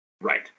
Right